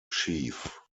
schief